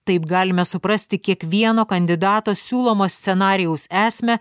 taip galime suprasti kiekvieno kandidato siūlomo scenarijaus esmę